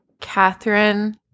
Catherine